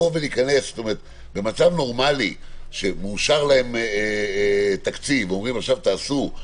במצב נורמלי שמאושר להם תקציב ואומרים: עכשיו תעשו,